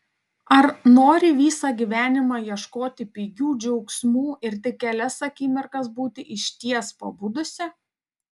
ar nori visą gyvenimą ieškoti pigių džiaugsmų ir tik kelias akimirkas būti išties pabudusi